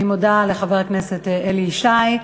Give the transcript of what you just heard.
אני מודה לחבר הכנסת אלי ישי.